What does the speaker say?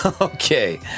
Okay